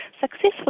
successful